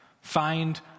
find